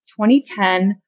2010